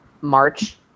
march